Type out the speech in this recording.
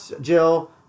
Jill